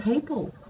people